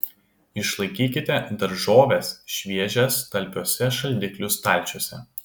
išlaikykite daržoves šviežias talpiuose šaldiklių stalčiuose